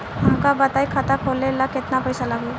हमका बताई खाता खोले ला केतना पईसा लागी?